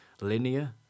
linear